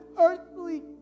earthly